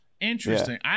Interesting